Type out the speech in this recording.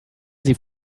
sie